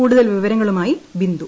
കൂടുതൽ വിവരങ്ങളുമായി ബിന്ദു